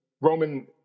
Roman